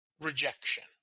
rejection